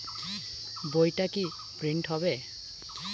বইটা কি প্রিন্ট হবে?